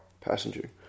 Passenger